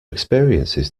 experiences